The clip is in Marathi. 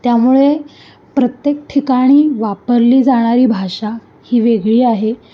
त्यामुळे प्रत्येक ठिकाणी वापरली जाणारी भाषा ही वेगळी आहे